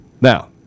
Now